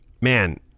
man